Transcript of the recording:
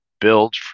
build